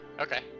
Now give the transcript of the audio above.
Okay